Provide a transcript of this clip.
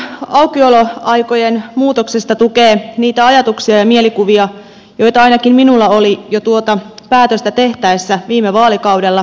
selonteko kaupan aukioloaikojen muutoksista tukee niitä ajatuksia ja mielikuvia joita ainakin minulla oli jo tuota päätöstä tehtäessä viime vaalikaudella